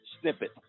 snippet